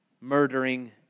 murdering